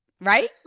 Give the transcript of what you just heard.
Right